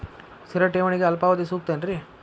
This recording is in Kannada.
ಸ್ಥಿರ ಠೇವಣಿಗೆ ಅಲ್ಪಾವಧಿ ಸೂಕ್ತ ಏನ್ರಿ?